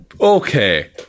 okay